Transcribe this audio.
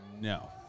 no